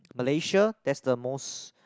Malaysia that's the most